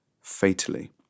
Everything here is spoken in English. fatally